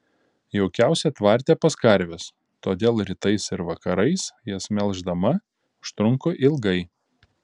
jaukiausia tvarte pas karves todėl rytais ir vakarais jas melždama užtrunku ilgai